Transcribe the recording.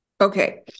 Okay